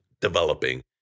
developing